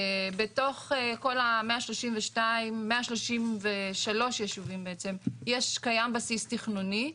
בתוך כל ה-133 ישובים קיים בסיס תכנוני,